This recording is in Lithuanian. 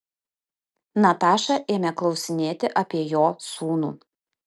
nataša ėmė klausinėti apie jo sūnų